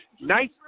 Nice